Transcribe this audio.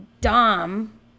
Dom